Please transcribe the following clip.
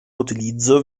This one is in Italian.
utilizzo